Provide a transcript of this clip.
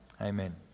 Amen